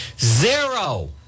Zero